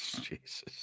Jesus